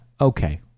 Okay